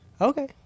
Okay